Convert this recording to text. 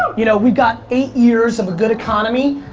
you know, we got eight years of a good economy,